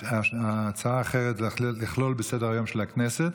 ההצעה האחרת לכלול בסדר-היום של הכנסת,